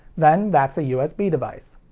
then that's a usb device.